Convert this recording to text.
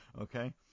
Okay